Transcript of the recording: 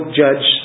judge